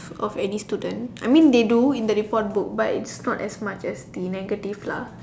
of any student I mean they do in the report book but it's not as much as the negative lah